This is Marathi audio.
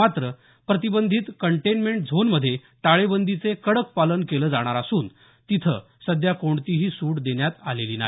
मात्र प्रतिबंधित कंटेन्मेंट झोनमध्ये टाळेबंदीचे कडक पालन केले जाणार असून तेथे सध्या कोणतीही सूट देण्यात आलेली नाही